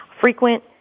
frequent